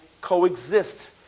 coexist